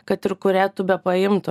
kad ir kurią tu bepaimtų